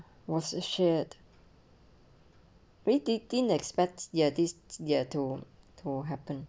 was a shared predictin experts ya this year to to happen